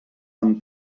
amb